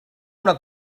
una